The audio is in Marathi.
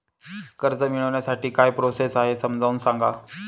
कर्ज मिळविण्यासाठी काय प्रोसेस आहे समजावून सांगा